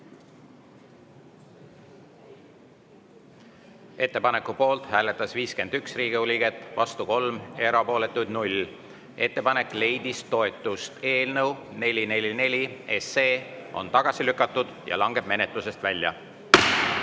ettepaneku poolt hääletas 51 Riigikogu liiget, vastu 2, erapooletuid oli 1. Ettepanek leidis toetust. Eelnõu 452 on tagasi lükatud ja langeb menetlusest välja. Head